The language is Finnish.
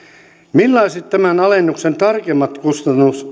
millaiset tämän alennuksen tarkemmat kustannusvaikutukset ovat